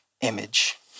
image